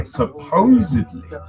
supposedly